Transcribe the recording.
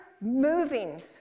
moving